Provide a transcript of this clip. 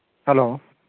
hello